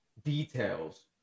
Details